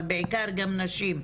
אבל בעיקר גם נשים.